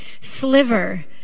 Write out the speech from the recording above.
sliver